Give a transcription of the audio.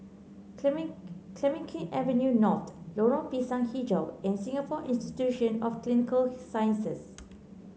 Clemenceau Avenue North Lorong Pisang hijau and Singapore Institution of Clinical Sciences